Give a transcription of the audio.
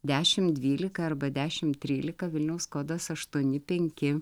dešim dvylika arba dešim trylika vilniaus kodas aštuoni penki